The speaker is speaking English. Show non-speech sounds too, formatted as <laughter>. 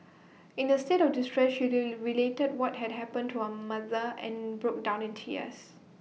in her state of distress she <unintelligible> related what had happened to her mother and broke down in tears